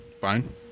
Fine